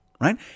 right